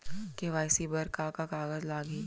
KYC बर का का कागज लागही?